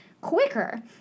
quicker